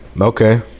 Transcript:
Okay